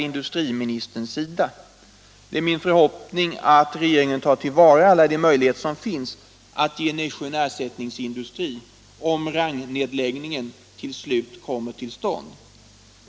Det är också min förhoppning att regeringen tar till vara alla de möjligheter som finns att ge Nässjö en ersättningsindustri, om Rangnedläggningen till slut kommer till stånd.